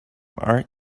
art